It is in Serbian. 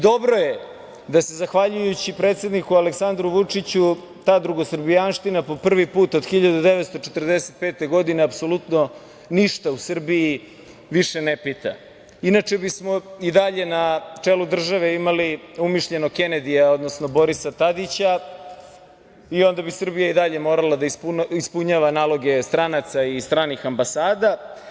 Dobro je da se zahvaljujući predsedniku Aleksandru Vučiću ta drugosrbijanština prvi put od 1945. godine apsolutno ništa u Srbiji više ne pita, inače bismo i dalje na čelu države imali umišljenog Kenedija, odnosno Borisa Tadića, i onda bi Srbija i dalje morala da ispunjava naloge stranaca i stranih ambasada.